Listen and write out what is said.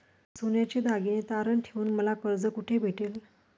सोन्याचे दागिने तारण ठेवून मला कर्ज कुठे भेटेल?